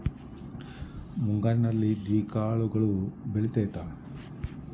ಮುಂಗಾರಿನಲ್ಲಿ ದ್ವಿದಳ ಕಾಳುಗಳು ಬೆಳೆತೈತಾ?